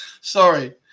Sorry